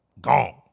gone